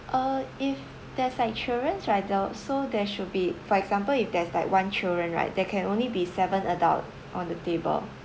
uh if there's like children right the so there should be for example if there's like one children right there can only be seven adult on the table